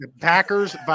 Packers